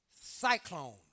Cyclone